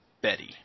Betty